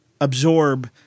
absorb